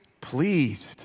pleased